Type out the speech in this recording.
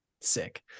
Sick